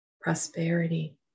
prosperity